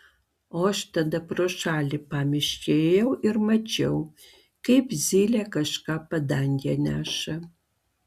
o aš tada pro šalį pamiške ėjau ir mačiau kaip zylė kažką padange neša